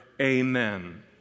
Amen